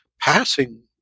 passing